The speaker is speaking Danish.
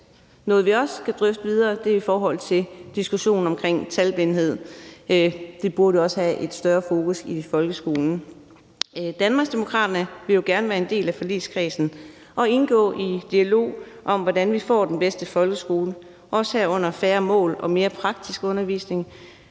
noget, vi også skal drøfte videre, nemlig det i forhold til diskussionen omkring talblindhed. Det burde også have et større fokus i folkeskolen. Danmarksdemokraterne vil jo gerne være en del af forligskredsen og indgå i en dialog om, hvordan vi får den bedste folkeskole, herunder, at der skal værefærre mål og mere praktisk undervisning.